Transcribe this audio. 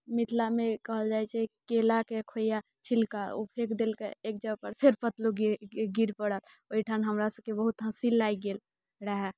मिथिलामे कहल जाइत छै केलाके खोइआ छिलका ओ फेँक देलकै एक जगहपर फेर पतलू गिर पड़ल ओहीठान हमरासभके बहुत हँसी लागि गेल रहए